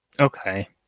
Okay